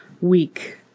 week